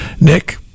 Nick